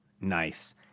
Nice